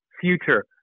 future